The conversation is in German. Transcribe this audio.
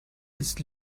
ist